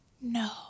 No